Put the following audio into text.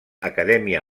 acadèmia